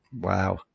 Wow